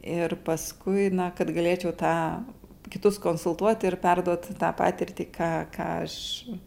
ir paskui na kad galėčiau tą kitus konsultuot ir perduot tą patirtį ką ką aš